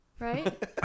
Right